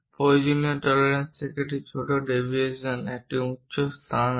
প্রয়োজনীয় টলারেন্স থেকে একটি ছোট ডেভিয়েশন একটি উচ্চ চান্স আছে